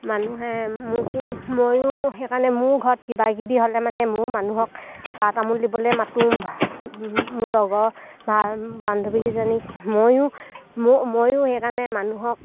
মানুহে মোকো ময়ো সেইকাৰণে মোৰ ঘৰত কিবা কিবি হ'লে মানে মোৰ মানুহক চাহ তামোল দিবলে মাতোঁ মোৰ লগৰ বান্ধৱীকীজনীক ময়ো ময়ো সেইকাৰণে মানুহক